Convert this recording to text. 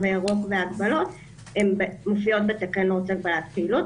הירוק וההגבלות מופיעות בתקנות הגבלת פעילות,